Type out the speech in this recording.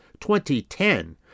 2010